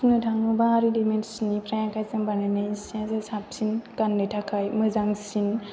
बुंनो थाङोबा रेडिमेड सिनिफ्राय आखाइजों बानायनाय सिआसो साबसिन गाननो थाखाय मोजांसिन